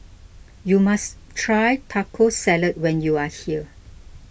you must try Taco Salad when you are here